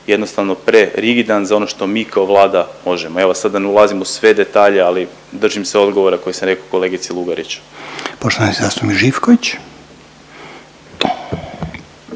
jednostavno prerigidan za ono što mi kao Vlada možemo. Evo, sad da ne ulazim u sve detalje ali držim se odgovora koji sam rekao kolegici Lugarić. **Reiner, Željko